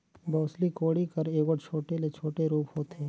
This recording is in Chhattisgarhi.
बउसली कोड़ी कर एगोट छोटे ले छोटे रूप होथे